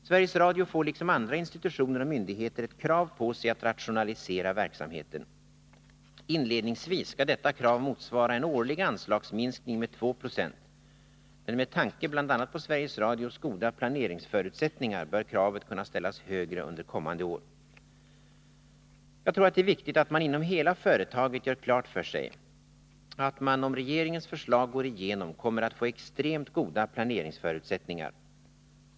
Sveriges Radio får liksom andra institutioner och myndigheter ett krav på sig att rationalisera verksamheten. Inledningsvis skall detta krav motsvara en årlig anslagsminskning med 2 76, men med tanke bl.a. på Sveriges Radios goda planeringsförutsättningar bör kravet kunna ställas högre under kommande år. Jag tror att det är viktigt att man inom hela företaget gör klart för sig att man om regeringens förslag går igenom kommer att få extremt goda planeringsförutsättningar.